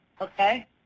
Okay